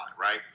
right